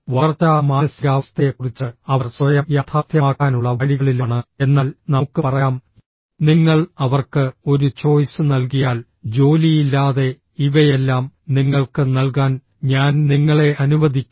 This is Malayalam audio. വളർച്ചാ മാനസികാവസ്ഥയെക്കുറിച്ച് അവർ സ്വയം യാഥാർത്ഥ്യമാക്കാനുള്ള വഴികളിലാണ് എന്നാൽ നമുക്ക് പറയാം നിങ്ങൾ അവർക്ക് ഒരു ചോയ്സ് നൽകിയാൽ ജോലിയില്ലാതെ ഇവയെല്ലാം നിങ്ങൾക്ക് നൽകാൻ ഞാൻ നിങ്ങളെ അനുവദിക്കുന്നു